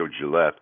Gillette